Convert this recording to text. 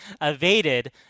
evaded